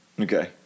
Okay